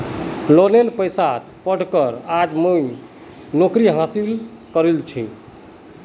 लोनेर पैसात पढ़ कर आज मुई नौकरी हासिल करील छि